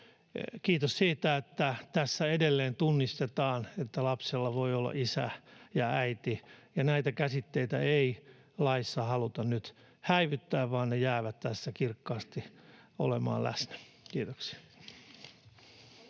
Kiitos siitä, että tässä edelleen tunnistetaan, että lapsella voi olla isä ja äiti, ja näitä käsitteitä ei laissa haluta nyt häivyttää, vaan ne jäävät tässä kirkkaasti olemaan läsnä. — Kiitoksia.